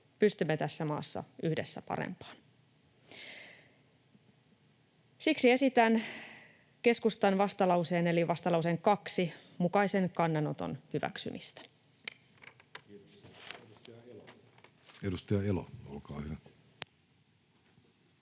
Pystymme tässä maassa yhdessä parempaan. Siksi esitän keskustan vastalauseen eli vastalauseen 2 mukaisen kannanoton hyväksymistä. Kiitoksia. — Edustaja Elo, olkaa hyvä.